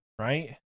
right